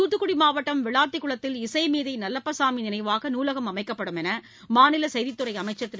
தூத்துக்குடி மாவட்டம் விளாத்திக்குளத்தில் இசைமேதை நல்லப்பசாமி நினைவாக நூலகம் அமைக்கப்படும் என்று மாநில செய்தித் துறை அமைச்சர் திரு